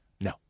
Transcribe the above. No